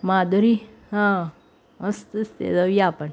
माधुरी हां मस्त दिसतं आहे जाऊया आपण